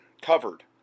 covered